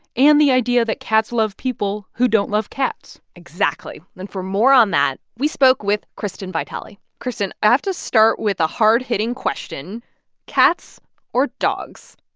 and the idea that cats love people who don't love cats exactly. and for more on that, we spoke with kristyn vitale kristyn, i have to start with a hard-hitting question cats or dogs?